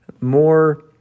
more